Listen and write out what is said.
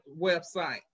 website